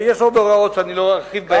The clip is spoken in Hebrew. יש עוד הוראות שאני לא ארחיב בהן.